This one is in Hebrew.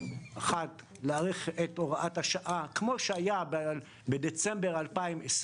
1. להאריך את הוראת השעה כמו שהיה בדצמבר 2020,